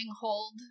hold